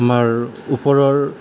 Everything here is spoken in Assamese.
আমাৰ ওপৰৰ